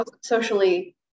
socially